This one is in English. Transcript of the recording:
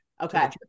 okay